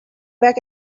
back